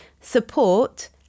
support